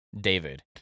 David